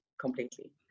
completely